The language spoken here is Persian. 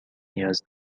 نیاز